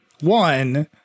One